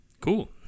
cool